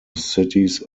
cities